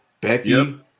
Becky